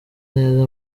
neza